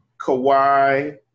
Kawhi